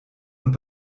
und